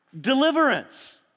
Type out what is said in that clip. deliverance